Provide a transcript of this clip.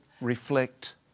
reflect